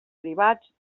privats